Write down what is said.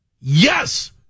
Yes